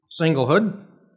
singlehood